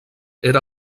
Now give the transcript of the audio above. era